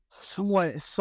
somewhat